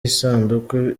isanduku